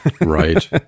right